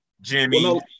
Jimmy